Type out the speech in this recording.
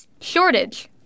Shortage